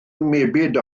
mebyd